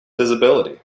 visibility